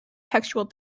textual